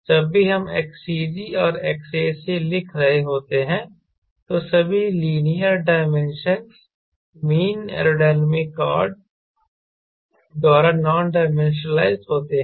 जब भी हम XCG और Xac लिख रहे होते हैं तो सभी linear dimensions mean aerodynamic chord द्वारा नॉन डाइमेंशनलाइज्ड होते हैं